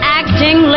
acting